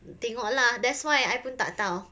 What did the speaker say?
tengok lah that's why I pun tak tahu